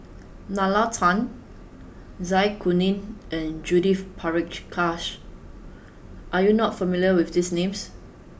Nalla Tan Zai Kuning and Judith Prakash are you not familiar with these names